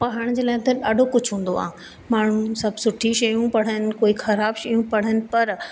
पढ़ण जे लाइ त ॾाढो कुझु हूंदो आहे माण्हू सभु सुठी शयूं पढ़नि कोई ख़राब शयूं पढ़नि पर